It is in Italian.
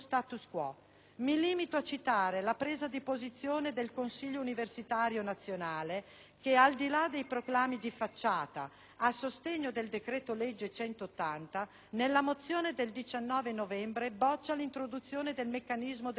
Mi limito a citare la presa di posizione del Consiglio universitario nazionale che, al di là dei proclami di facciata a sostegno del decreto-legge n. 180, nella mozione del 19 novembre boccia l'introduzione del meccanismo del sorteggio